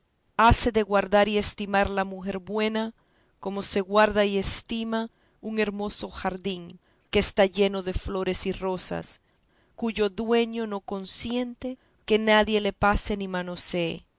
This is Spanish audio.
hase de guardar y estimar la mujer buena como se guarda y estima un hermoso jardín que está lleno de flores y rosas cuyo dueño no consiente que nadie le pasee ni manosee